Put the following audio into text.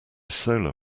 solar